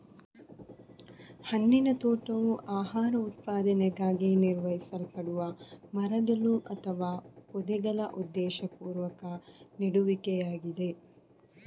ಹಣ್ಣಿನ ತೋಟವು ಆಹಾರ ಉತ್ಪಾದನೆಗಾಗಿ ನಿರ್ವಹಿಸಲ್ಪಡುವ ಮರಗಳು ಅಥವಾ ಪೊದೆಗಳ ಉದ್ದೇಶಪೂರ್ವಕ ನೆಡುವಿಕೆಯಾಗಿದೆ